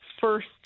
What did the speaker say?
first